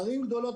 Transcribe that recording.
- ערים גדולות.